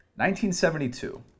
1972